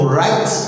right